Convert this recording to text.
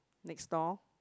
next store